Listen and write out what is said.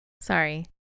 Sorry